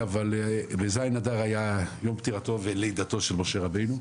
אבל ב-ז' באדר היה יום לידתו ופטירתו של משה רבנו.